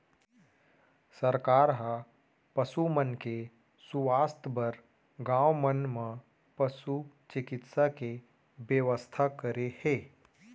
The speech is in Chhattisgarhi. सरकार ह पसु मन के सुवास्थ बर गॉंव मन म पसु चिकित्सा के बेवस्था करे हे